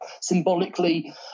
symbolically